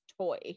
toy